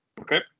Okay